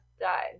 died